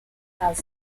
has